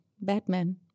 Batman